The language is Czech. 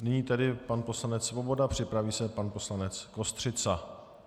Nyní tedy pan poslanec Svoboda, připraví se pan poslanec Kostřica.